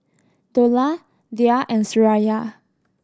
Dollah Dhia and Suraya